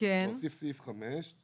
להוסיף תקנת משנה (5)